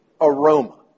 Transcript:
aroma